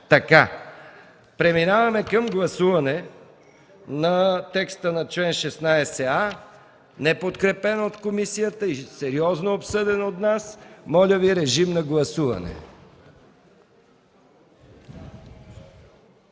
закон. Преминаваме към гласуване на текста на чл. 16а, неподкрепен от комисията и сериозно обсъден от нас. Моля Ви режим на гласуване.